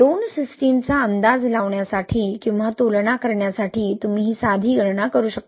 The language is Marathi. दोन सिस्टीमचा अंदाज लावण्यासाठी किंवा तुलना करण्यासाठी तुम्ही ही साधी गणना करू शकता